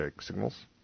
signals